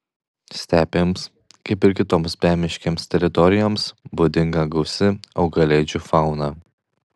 stepėms kaip ir kitoms bemiškėms teritorijoms būdinga gausi augalėdžių fauna